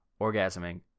orgasming